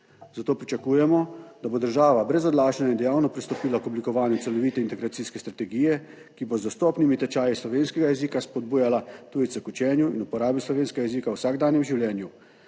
Zato pričakujemo, da bo država brez odlašanja in dejavno pristopila k oblikovanju celovite integracijske strategije, ki bo z dostopnimi tečaji slovenskega jezika spodbujala tujce k učenju in uporabi slovenskega jezika v vsakdanjem življenju,